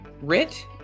Rit